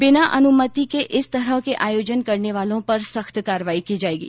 बिना अनुमति के इस तरह के आयोजन करने वालों पर सख्त कार्रवाई की जाएगी